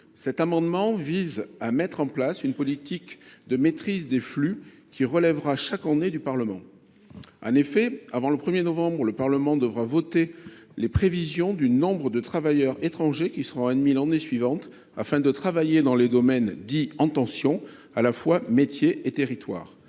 Cet amendement vise à mettre en place une politique de maîtrise des flux qui relèvera chaque année du Parlement. En effet, avant le 1 novembre, le Parlement devra voter les prévisions du nombre d’étrangers qui seront admis l’année suivante afin de travailler dans les domaines dits en tension, en termes à la fois de métier et de territoire.